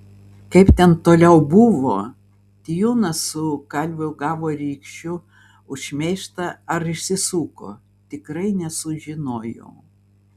kaip ten toliau buvo tijūnas su kalviu gavo rykščių už šmeižtą ar išsisuko tikrai nesužinojau